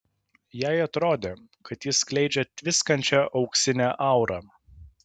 jai atrodė kad jis skleidžia tviskančią auksinę aurą